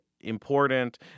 important